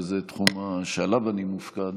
וזה תחום שעליו אני מופקד,